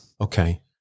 Okay